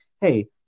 hey